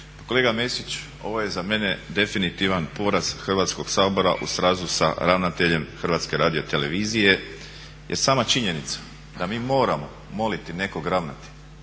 Kolega Mesić, ovo je za mene definitivan poraz Hrvatskog sabora u srazu sa ravnateljem HRT-a, jer sama činjenica da mi moramo moliti nekog ravnatelja,